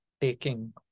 taking